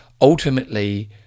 ultimately